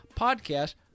podcast